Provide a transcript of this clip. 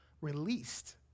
released